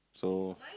so